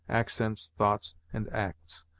accents, thoughts, and acts,